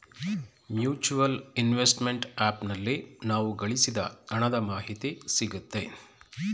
mutual investment app ನಲ್ಲಿ ನಾವು ಗಳಿಸಿದ ಹಣದ ಮಾಹಿತಿ ಸಿಗುತ್ತೆ